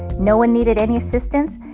no one needed any assistance.